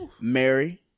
Mary